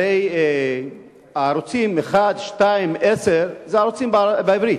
הרי הערוצים 1, 2, 10, הם ערוצים בעברית.